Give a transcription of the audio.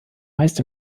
meist